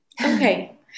okay